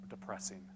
depressing